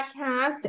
podcast